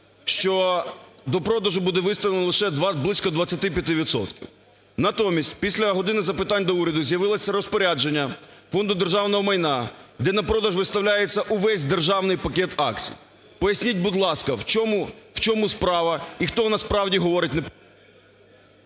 що до продажу буде виставлено лише близько 25 відсотків. Натомість після "години запитань до Уряду" з'явилося розпорядження Фонду державного майна, де на продаж виставляється весь державний пакет акцій. Поясніть, будь ласка, в чому справа? І хто насправді говорить…